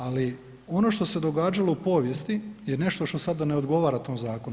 Ali ono što se događalo u povijesti je nešto što sada ne odgovara tom zakonu.